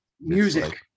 Music